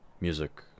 music